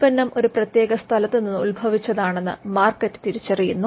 ഉൽപ്പന്നം ഒരു പ്രത്യേക സ്ഥലത്ത് നിന്ന് ഉത്ഭവിച്ചതാണെന്ന് മാർക്കറ്റ് തിരിച്ചറിയുന്നു